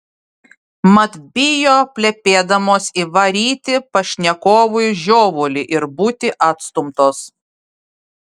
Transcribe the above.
mat bijo plepėdamos įvaryti pašnekovui žiovulį ir būti atstumtos